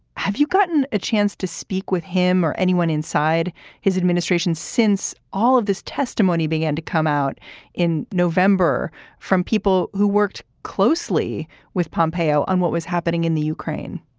have you gotten a chance to speak with him or anyone inside his administration since all of this testimony began to come out in november from people who worked closely with pompeo on what was happening in the ukraine?